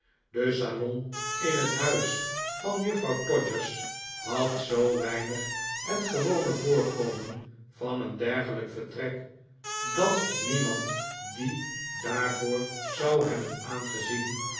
de salon in het huis van juffrouw todgers had zoo weinig het gewone voorkomen van een dergelijk vertrek dat niemand die daarvoor zou hebben aangezien